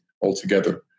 altogether